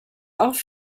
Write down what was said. auch